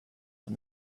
and